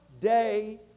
day